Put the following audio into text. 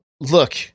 look